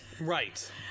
right